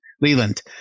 Leland